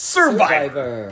Survivor